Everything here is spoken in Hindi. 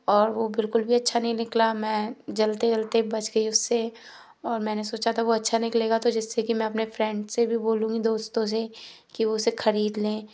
और वो बिल्कुल भी अच्छा नहीं निकला मैं जलते जलते बच गई उससे और मैंने सोचा था वो अच्छा निकलेगा तो जैसे कि मैं अपने फ्रेंड से भी बोलूँगी दोस्तों से कि वो उसे ख़रीद लें